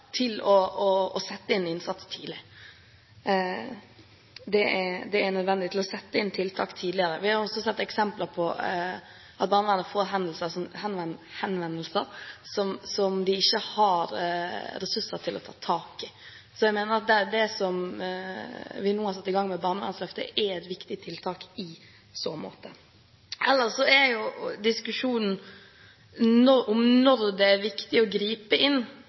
til å sette inn innsats tidlig. Det er nødvendig å sette inn tiltak tidligere. Vi har også sett eksempler på at barnevernet får henvendelser som de ikke har ressurser til å ta tak i. Så jeg mener at det vi nå har satt i gang med barnevernsløftet, er et viktig tiltak i så måte. Ellers er diskusjonen om når det er riktig å gripe inn,